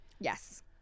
Yes